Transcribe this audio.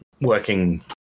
working